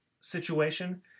situation